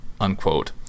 unquote